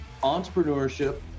entrepreneurship